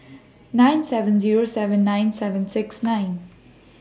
nine seven Zero seven nine seven six nine